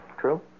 True